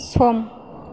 सम